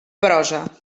prosa